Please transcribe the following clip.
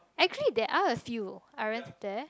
actually they are a few aren't they